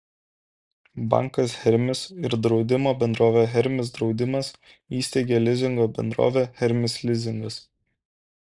bankas hermis ir draudimo bendrovė hermis draudimas įsteigė lizingo bendrovę hermis lizingas